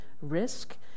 risk